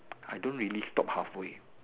I don't really stop halfway